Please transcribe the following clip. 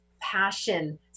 passion